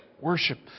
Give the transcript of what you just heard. Worship